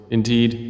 Indeed